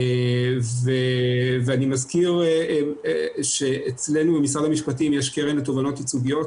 אני מזכיר שאצלנו במשרד המשפטים יש קרן לתובענות ייצוגיות,